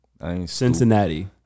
Cincinnati